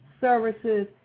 services